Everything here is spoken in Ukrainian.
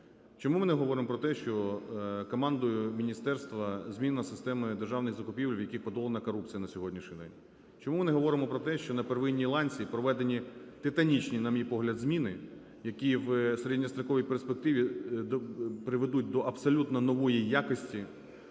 Чому ми не говоримо про те, що командою міністерства змінена система державних закупівель, в яких подолана корупція на сьогоднішній день? Чому ми не говоримо про те, що на первинній ланці проведені титанічні, на мій погляд, зміни, які в середньостроковій перспективі приведуть до абсолютно нової якості